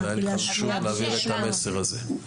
אבל היה לי חשוב להעביר את המסר הזה.